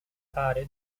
fare